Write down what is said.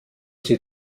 sie